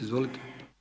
Izvolite.